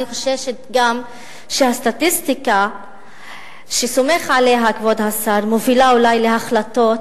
אני חוששת גם שהסטטיסטיקה שסומך עליה כבוד השר מובילה אולי להחלטות